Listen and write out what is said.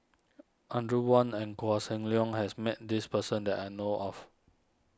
Audrey Wong and Koh Seng Leong has met this person that I know of